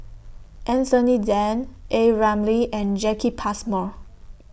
Anthony Then A Ramli and Jacki Passmore